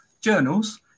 journals